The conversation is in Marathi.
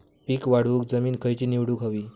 पीक वाढवूक जमीन खैची निवडुक हवी?